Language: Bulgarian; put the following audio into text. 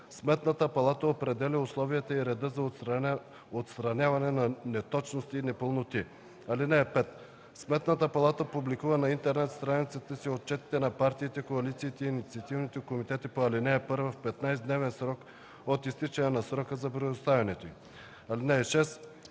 Сметната палата определя условията и реда за отстраняване на неточности и непълноти. (5) Сметната палата публикува на интернет страницата си отчетите на партиите, коалициите и инициативните комитети по ал. 1 в 15-дневен срок от изтичането на срока за представянето им.